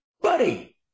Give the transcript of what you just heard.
buddy